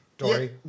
Dory